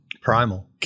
primal